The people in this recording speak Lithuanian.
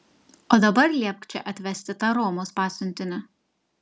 o dabar liepk čia atvesti tą romos pasiuntinį